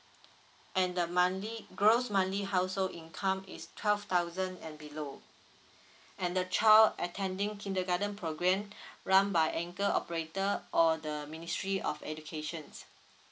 and the monthly gross monthly household income is twelve thousand and below and the child attending kindergarten program run by anchor operator or the ministry of educations